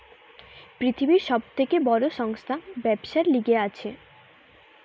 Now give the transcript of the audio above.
পৃথিবীর সব থেকে বড় সংস্থা ব্যবসার লিগে আছে